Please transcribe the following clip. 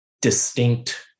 distinct